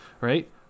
right